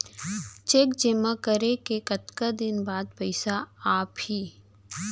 Cheque जेमा करें के कतका दिन बाद पइसा आप ही?